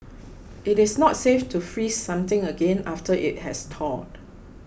it is not safe to freeze something again after it has thawed